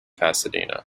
pasadena